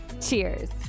Cheers